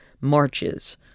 marches